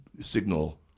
signal